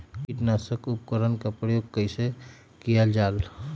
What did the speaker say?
किटनाशक उपकरन का प्रयोग कइसे कियल जाल?